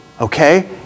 okay